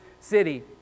city